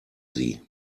sie